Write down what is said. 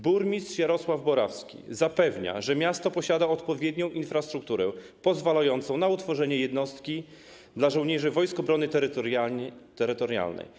Burmistrz Jarosław Borowski zapewnia, że miasto posiada odpowiednią infrastrukturę pozwalającą na utworzenie jednostki dla żołnierzy Wojsk Obrony Terytorialnej.